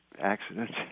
accident